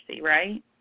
right